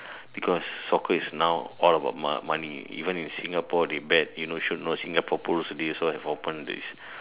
because soccer is now all about mo~ money even in Singapore they bet you know should know Singapore pools they also have open these`